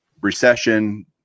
recession